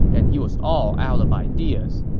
and he was all out of ideas.